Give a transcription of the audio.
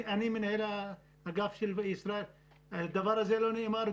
אני מנהל האגף של ישראל והדבר הזה לא נאמר.